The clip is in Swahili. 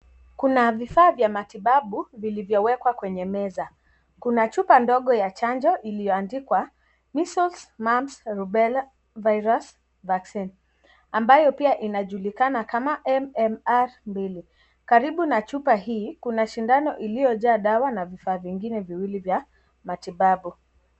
Kuna vifaa vya matibabu vilivyowekwa kwenye meza. Kuna chupa ndogo ya dawa iliyoandikwa (cs) measles, mumps rubella virus vaccine (cs) ambayo pia inajulikana kama MMR2. Karibu na chupa hii kuna sindano iliyo jaa dawa na vifaa vingine viwili vya matibabu.